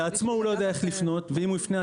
הוא לא יודע איך לפנות ואם הוא יפנה,